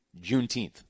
Juneteenth